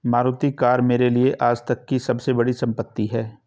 Maruti car मेरे लिए आजतक की सबसे बड़ी संपत्ति है